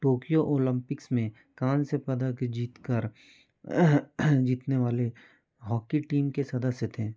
Tokyo Olympics में कांस्य पदक जीतकर जीतने वाले होकी टीम के सदस्य थे